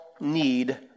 need